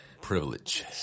privilege